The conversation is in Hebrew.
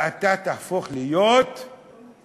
ואתה תהפוך להיות האיש,